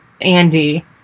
Andy